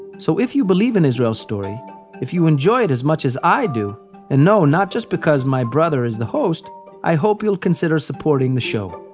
so if you believe in israel story if you enjoy it as much as i do and no, not just because my brother is the host i hope you'll consider supporting the show.